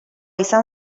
izan